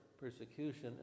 persecution